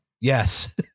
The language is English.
Yes